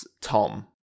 tom